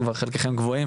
שחלקכם קבועים,